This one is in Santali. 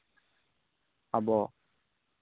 ᱟᱵᱚ